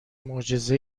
معجزه